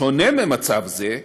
בשונה ממצב זה,